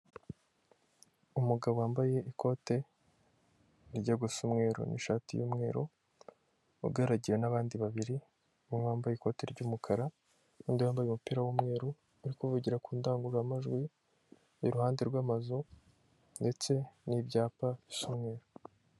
Umugabo wambaye ikote rijya gusa umweru n'ishati y'umweru ugaragiyewe n'abandi babiri umwe wambaye ikoti ry'umukara undi wambaye umupira w'umweru uri kuvugira ku ndangururamajwi iruhande rw'amazu ndetse n'ibyapa bisa umweru.